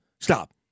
Stop